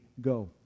go